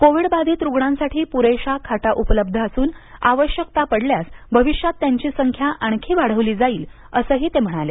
कोविडबाधित रुग्णांसाठी पुरेशा खाटा उपलब्ध असून आवश्यकता पडल्यास भविष्यात त्यांची संख्या आणखी वाढवली जाईल असं ते म्हणाले